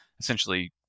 essentially